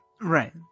right